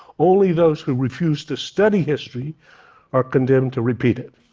only those who refuse to study history are condemned to repeat it.